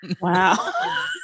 Wow